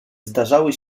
zdarzały